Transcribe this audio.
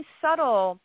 subtle